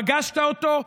פגשת אותו.